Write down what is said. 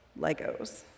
Legos